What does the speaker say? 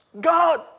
God